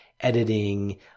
editing